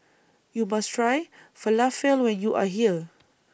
YOU must Try Falafel when YOU Are here